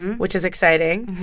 and which is exciting.